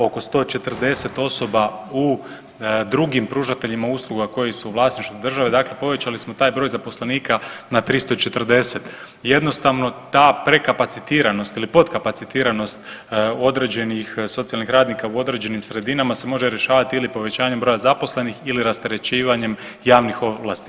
Oko 140 osoba u drugim pružateljima usluga koji su u vlasništvu države, dakle povećali smo taj broj zaposlenika na 340. jednostavno, ta prekapacitiranost ili podkapacitiranost određenih socijalnih radnika u određenim sredinama se može rješavati ili povećanjem broja zaposlenih ili rasterećivanjem javnih ovlasti.